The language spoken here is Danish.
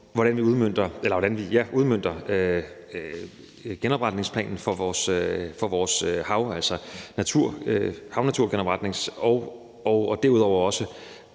hvordan vi udmønter genopretningsplanen for vores havnatur, og derudover også